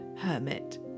hermit